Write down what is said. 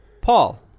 Paul